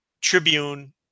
Tribune